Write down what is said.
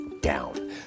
down